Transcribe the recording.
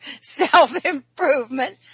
self-improvement